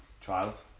Trials